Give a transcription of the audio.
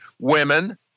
Women